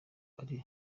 ari